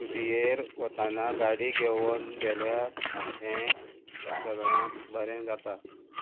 सुटीयेर वताना गाडी घेवन गेल्यार हें सगळ्यांत बरें जाता